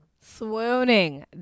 Swooning